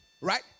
right